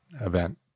event